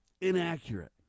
inaccurate